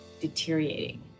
deteriorating